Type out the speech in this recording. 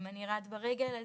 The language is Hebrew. אם אני ארעד ברגל היא